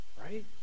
Right